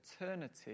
eternity